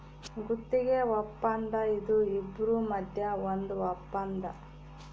ಗುತ್ತಿಗೆ ವಪ್ಪಂದ ಇದು ಇಬ್ರು ಮದ್ಯ ಒಂದ್ ವಪ್ಪಂದ